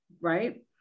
right